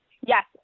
Yes